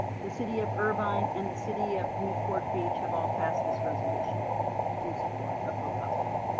the city of irvine and the city of newport beach have all passed this resolution in support of hoag hospital.